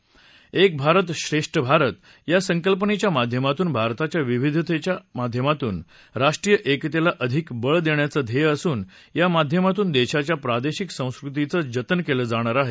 एक भारत श्रेष्ठ भारत या संकल्पनेच्या माध्यमातून भारताच्या विविधतेच्या माध्यमातून राष्ट्रीय एकतेला अधिक बळ देण्याचं ध्येय असून या माध्यमातून देशाच्या प्रादेशिक संस्कृतीचं जतन केलं जाणार आहे